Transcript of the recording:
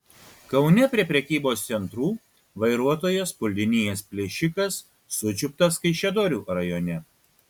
kaune prie prekybos centrų vairuotojas puldinėjęs plėšikas sučiuptas kaišiadorių rajone